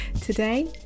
Today